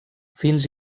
fins